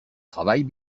travaille